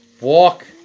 Walk